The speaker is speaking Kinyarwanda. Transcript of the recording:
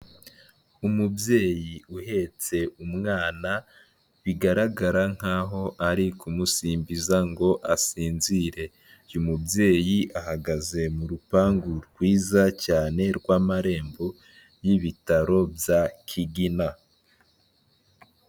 Umubyeyi uhetse umwana, bigaragara nk'aho ari kumusimbiza ngo asinzire. Uyu mubyeyi ahagaze mu rupangu rwiza cyane, rw'amarembo y'ibitaro bya Kigina.